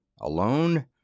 Alone